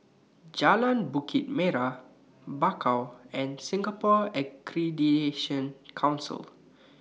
Jalan Bukit Merah Bakau and Singapore Accreditation Council